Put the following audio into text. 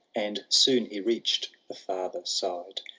and soon he reached the farther side,